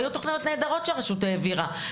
והיו תוכניות נהדרות שהרשות העבירה,